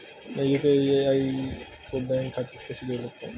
मैं यू.पी.आई को बैंक खाते से कैसे जोड़ सकता हूँ?